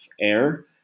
air